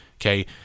Okay